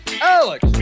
Alex